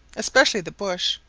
especially the bush,